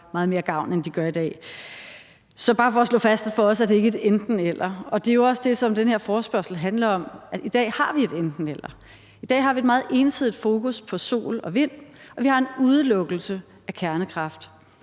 meget mere gavn, end de gør i dag. Så det er bare for at slå fast, at det for os ikke er et enten-eller, og det er jo også det, som den her forespørgsel handler om, altså at vi i dag har et enten-eller. I dag har vi et meget ensidigt fokus på sol og vind, og vi har en udelukkelse af kernekraft,